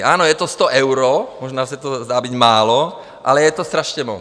Ano, je to 100 eur, možná se to zdá být málo, ale je to strašně moc.